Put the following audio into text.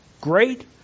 great